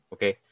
Okay